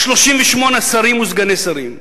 יש 38 שרים וסגני שרים.